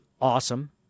awesome